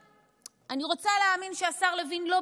אני רוצה להאמין שהשר לוין לא באמת